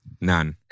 None